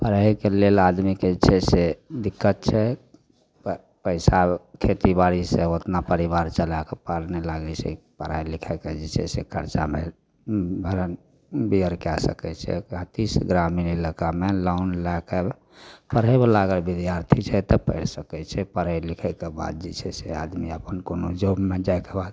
पढ़ैके लेल आदमीकेँ जे छै से दिक्कत छै पै पइसा खेतीबाड़ीसे ओतना परिवार चलैके पार नहि लागै छै पढ़ाइ लिखाइके जे छै से खरचा भरन बिअर कै सकै छै एहि खातिर ग्रामीण इलाकामे लोन लैके पढ़ैवला अगर विद्यार्थी छै तऽ पढ़ि सकै छै पढ़ै लिखैके बाद जे छै से आदमी अपन कोनो जॉबमे जाएके बाद